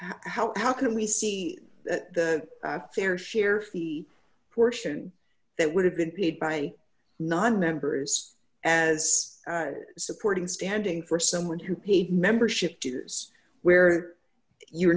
how how can we see that fair share fee portion that would have been paid by nonmembers as supporting standing for someone who paid membership dues where you are